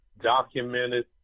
documented